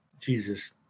Jesus